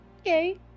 Okay